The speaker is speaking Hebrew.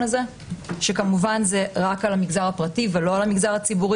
הזה שכמובן זה רק על המגזר הפרטי ולא על הציבורי.